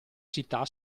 città